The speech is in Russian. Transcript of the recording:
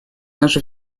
наша